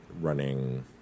running